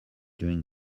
during